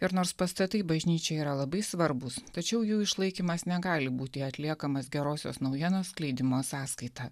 ir nors pastatai bažnyčiai yra labai svarbūs tačiau jų išlaikymas negali būti atliekamas gerosios naujienos skleidimo sąskaita